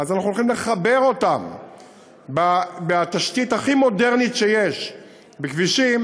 אז אנחנו הולכים לחבר אותם בתשתית הכי מודרנית שיש בכבישים,